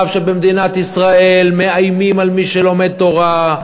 שבמדינת ישראל מאיימים על מי שלומד תורה,